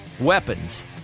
weapons